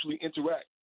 interact